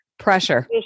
Pressure